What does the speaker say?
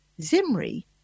Zimri